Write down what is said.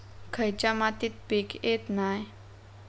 खयच्या मातीत पीक येत नाय?